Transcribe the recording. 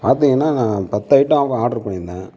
பார்த்திங்கன்னா நான் பத்து ஐட்டம் ஆட்ரு பண்ணி இருந்தேன்